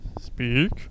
Speak